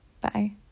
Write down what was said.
Bye